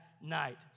Night